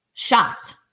Shot